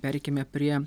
pereikime prie